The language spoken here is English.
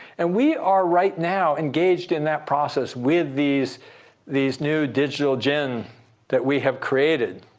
and we are, right now, engaged in that process with these these new digital gens that we have created.